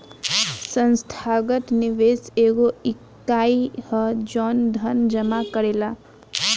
संस्थागत निवेशक एगो इकाई ह जवन धन जामा करेला